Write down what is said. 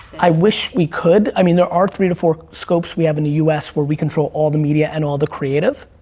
i wish we could, i mean, there are three to four scopes we have in the us where we control all the media and all the creative,